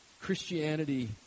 Christianity